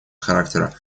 характера